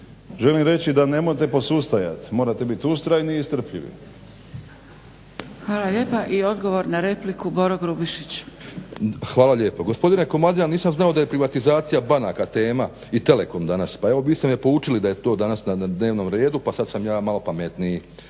Želim reći da nemojte posustajat, morate bit ustrajni i strpljivi. **Zgrebec, Dragica (SDP)** Hvala lijepa. I odgovor na repliku, Boro Grubišić. **Grubišić, Boro (HDSSB)** Hvala lijepa. Gospodine Komadina, nisam znao da je privatizacija banaka tema i Telekom danas, pa evo vi ste me poučili da je to danas na dnevnom redu pa sad sam ja malo pametniji.